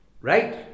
right